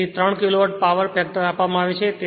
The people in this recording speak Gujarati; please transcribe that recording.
તેથી 3 કિલોવોટ પાવર ફેક્ટર આપવામાં આવે છે